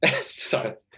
sorry